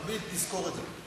תמיד תזכור את זה.